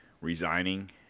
resigning